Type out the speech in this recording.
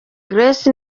grace